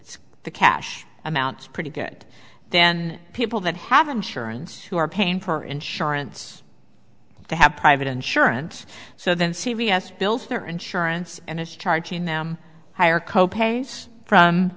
it's the cash amounts pretty good then people that have insurance who are paying for insurance to have private insurance so then c v s bills their insurance and it's charging them higher co pays from